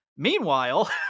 Meanwhile